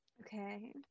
Okay